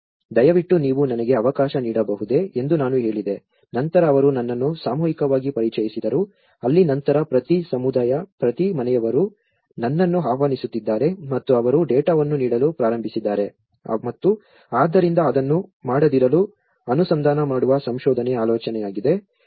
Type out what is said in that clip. ದಯವಿಟ್ಟು ನೀವು ನನಗೆ ಅವಕಾಶ ನೀಡಬಹುದೇ ಎಂದು ನಾನು ಹೇಳಿದೆ ನಂತರ ಅವರು ನನ್ನನ್ನು ಸಾಮೂಹಿಕವಾಗಿ ಪರಿಚಯಿಸಿದರು ಅಲ್ಲಿ ನಂತರ ಪ್ರತಿ ಸಮುದಾಯ ಪ್ರತಿ ಮನೆಯವರು ನನ್ನನ್ನು ಆಹ್ವಾನಿಸುತ್ತಿದ್ದಾರೆ ಮತ್ತು ಅವರು ಡೇಟಾವನ್ನು ನೀಡಲು ಪ್ರಾರಂಭಿಸಿದ್ದಾರೆ ಮತ್ತು ಆದ್ದರಿಂದ ಅದನ್ನು ಮಾಡದಿರಲು ಅನುಸಂಧಾನ ಮಾಡುವ ಸಂಶೋಧನೆ ಆಲೋಚನೆಯಾಗಿದೆ